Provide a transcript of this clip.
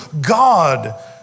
God